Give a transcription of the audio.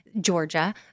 Georgia